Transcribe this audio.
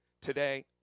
today